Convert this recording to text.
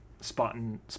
spotting